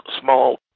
small